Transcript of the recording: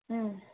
ம்